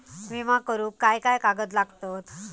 विमा करुक काय काय कागद लागतत?